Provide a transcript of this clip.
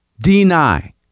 Deny